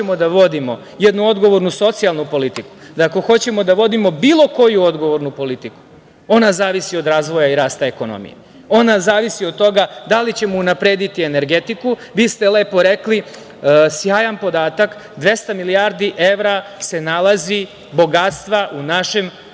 ako hoćemo da vodimo jednu odgovornu socijalnu politiku, da ako hoćemo da vodimo bilo koju odgovornu politiku, ona zavisi od razvoja i rasta ekonomije, ona zavisi od toga da li ćemo unaprediti energetiku. Vi ste lepo rekli, sjajan podatak, 200 milijardi evra se nalazi bogatstva u našim